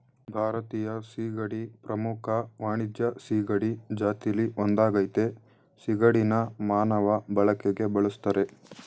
ಭಾರತೀಯ ಸೀಗಡಿ ಪ್ರಮುಖ ವಾಣಿಜ್ಯ ಸೀಗಡಿ ಜಾತಿಲಿ ಒಂದಾಗಯ್ತೆ ಸಿಗಡಿನ ಮಾನವ ಬಳಕೆಗೆ ಬಳುಸ್ತರೆ